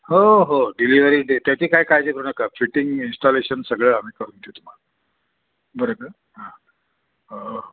हो हो डिलिवरी ते त्याची काय काळजी करू नका फिटिंग इनस्टॉलेशन सगळं आम्ही करून दे तुम्हाला बरं का हां हो